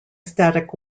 static